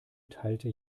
teilte